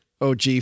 OG